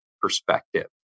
perspective